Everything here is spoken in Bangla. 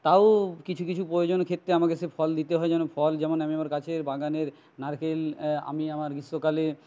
তাও কিছু কিছু প্রয়োজনের ক্ষেত্রে আমাকে সে ফল দিতে হয় যেন ফল যেমন আমি আমার গাছের বাগানের নারকেল আমি আমার গ্রীষ্মকালে